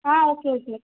ah okay okay